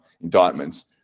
indictments